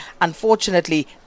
Unfortunately